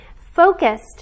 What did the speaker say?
focused